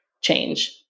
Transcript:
change